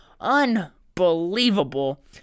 Unbelievable